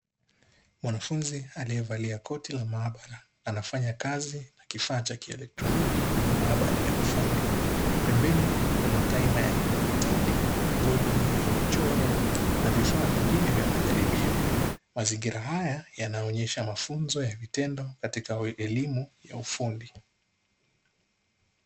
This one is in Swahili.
Mwanafunzi alievalia koti la maabara anafanya kazi na kifaa cha kieletronoki kwenye maabara ya cha ufundi, pembeni Kuna taima ya kidigitali , bodi yenye mchoro na vifaa vingine vya majaribio, mazingira haya yanaonyesha mafunzo ya vitendo katika elimu ya ufundi.